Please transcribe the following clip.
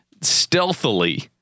stealthily